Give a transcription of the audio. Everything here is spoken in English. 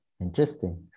Interesting